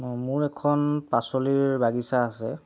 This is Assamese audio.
মোৰ এখন পাচলিৰ বাগিচা আছে